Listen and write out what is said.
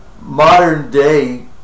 modern-day